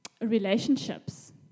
relationships